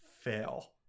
fail